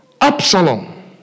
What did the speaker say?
Absalom